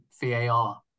VAR